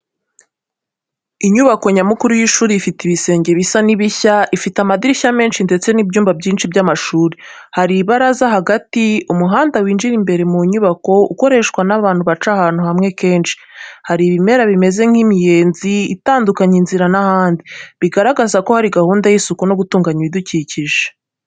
Inyubako nyamukuru y’ishuri ifite ibisenge bisa n’ibishya. Ifite amadirishya menshi ndetse n'ibyumba byinshi by’amashuri. Hari ibaraza hagati. Umuhanda winjira imbere mu nyubako ukoreshwa n’abantu baca ahantu hamwe kenshi. Hari ibimera bimeze nk'imiyenzi itandukanya inzira n’ahandi, bigaragaza ko hari gahunda y’isuku no gutunganya ibidukikije.